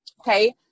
Okay